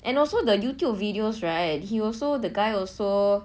and also the youtube videos right he also the guy also